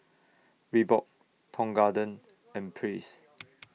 Reebok Tong Garden and Praise